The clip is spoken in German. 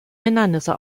hindernisse